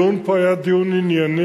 ולכן, הדיון פה היה דיון ענייני.